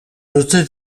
autel